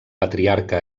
patriarca